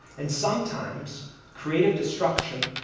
and sometimes creative destruction